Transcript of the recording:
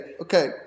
okay